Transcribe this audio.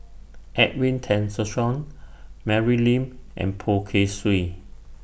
Edwin Tessensohn Mary Lim and Poh Kay Swee